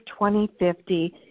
2050